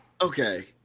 Okay